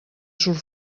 surt